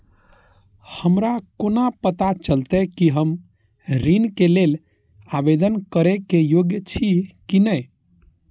हमरा कोना पताा चलते कि हम ऋण के लेल आवेदन करे के योग्य छी की ने?